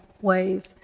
wave